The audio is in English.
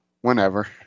whenever